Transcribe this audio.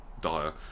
dire